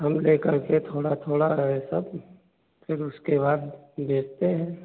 आलू ले कर के थोड़ा थोड़ा थोड़ा थोड़ा ये सब फिर उसके बाद देखते हैं